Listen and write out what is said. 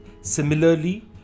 Similarly